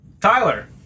Tyler